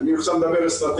אני מדבר עכשיו אסטרטגיה,